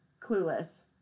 Clueless